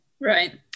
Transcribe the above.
Right